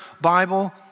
Bible